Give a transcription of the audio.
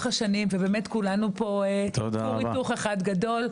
השנים ובאמת שכולנו מייצגים פה כור היתוך אחד גדול.